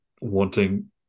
wanting